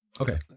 okay